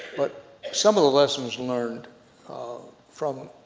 but some of the lessons learned from